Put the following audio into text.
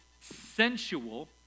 sensual